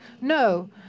No